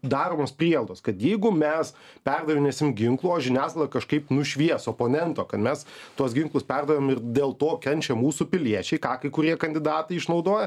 daromos prielaidos kad jeigu mes perdavinėsim ginklų o žiniasklaida kažkaip nušvies oponento kad mes tuos ginklus perdavėm ir dėl to kenčia mūsų piliečiai ką kai kurie kandidatai išnaudoja